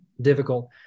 difficult